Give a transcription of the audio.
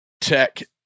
tech